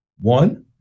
One